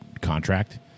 contract